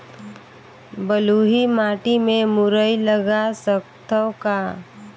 बलुही माटी मे मुरई लगा सकथव का?